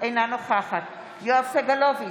אינה נוכחת יואב סגלוביץ'